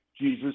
Jesus